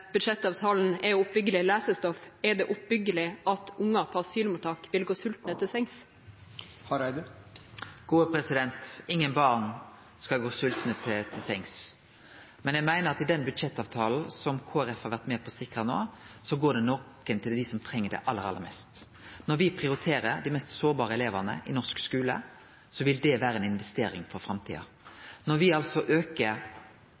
budsjettavtalen er oppbyggelig lesestoff. Er det oppbyggelig at unger på asylmottak vil gå sultne til sengs? Ingen barn skal gå svoltne til sengs. Men eg meiner at i den budsjettavtalen som Kristeleg Folkeparti har vore med på å sikre no, går det noko meir til dei som treng det aller, aller mest. Når me prioriterer dei mest sårbare elevane i norsk skule, vil det vere ei investering for framtida.